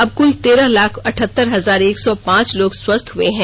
अब तक कुल तेरह लाख अठहत्तर हजार एक सौ पांच लोग स्वस्थ हुए हैं